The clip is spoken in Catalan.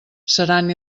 seran